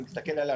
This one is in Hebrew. אני תסתכל עליה,